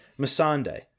Masande